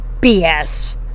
BS